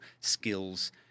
skills